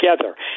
together